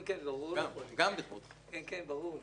כן, ברור לי.